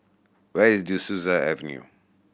where is De Souza Avenue